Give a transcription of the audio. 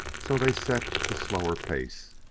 so they set the slower pace.